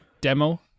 demo